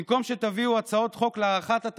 מלהגיע עד